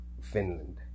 Finland